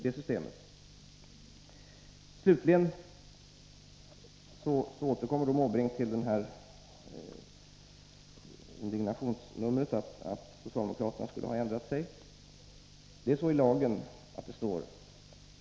Nr 28 Slutligen Bertil Måbrinks indignationsnummer att socialdemokraterna Måndagen den skulle ha ändrat sig.